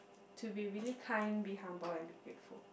to be really kind be humble and be faithful